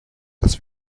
das